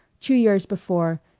two years before,